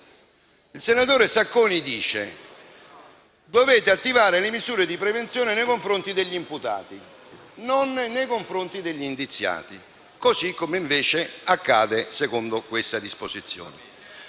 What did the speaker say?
Il senatore Sacconi dice che si devono attivare le misure di prevenzione nei confronti degli imputati e non nei confronti degli indiziati, così come invece accade secondo questa disposizione.